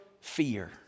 fear